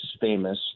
famous